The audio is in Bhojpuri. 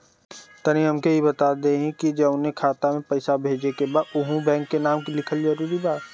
तनि हमके ई बता देही की जऊना खाता मे पैसा भेजे के बा ओहुँ बैंक के नाम लिखल जरूरी बा?